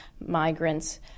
migrants